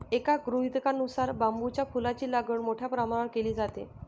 एका गृहीतकानुसार बांबूच्या फुलांची लागवड मोठ्या प्रमाणावर केली जाते